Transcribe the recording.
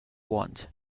want